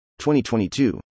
2022